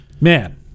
Man